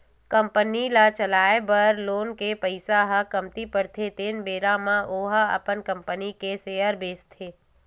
company ल चलाए बर लोन के पइसा ह कमती परथे तेन बेरा म ओहा अपन कंपनी के सेयर बेंचथे